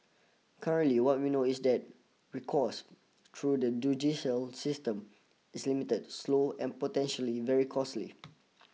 currently what we know is that recourse through the judicial system is limited slow and potentially very costly